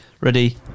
ready